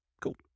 Cool